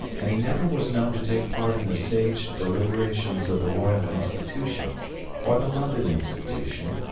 and he never was known to take part in the sage deliberations of the royal institution or the london institution,